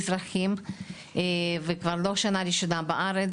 אזרחים וכבר לא שנה ראשונה בארץ.